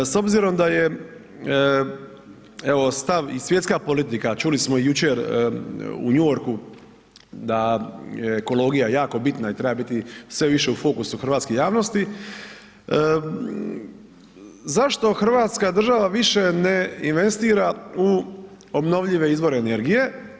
S obzirom da je evo stav i svjetska politika, čuli smo jučer u New Yorku da je ekologija jako bitna i treba biti sve više u fokusu hrvatske javnosti, zašto Hrvatska država više ne investira u obnovljive izvore energije?